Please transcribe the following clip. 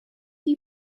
you